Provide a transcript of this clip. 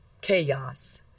chaos